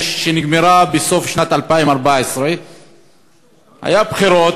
שנגמר בסוף שנת 2014. היו בחירות,